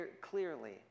clearly